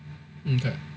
okay